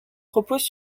repose